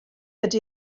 ydy